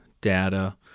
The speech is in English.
data